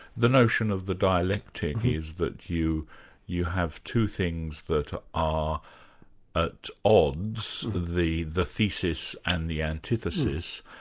the notion of the dialectic is that you you have two things that are at odds, the the thesis and the antithesis,